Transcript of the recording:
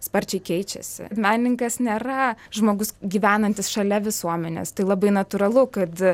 sparčiai keičiasi menininkas nėra žmogus gyvenantis šalia visuomenės tai labai natūralu kad